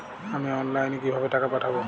আমি অনলাইনে কিভাবে টাকা পাঠাব?